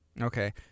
Okay